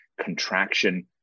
contraction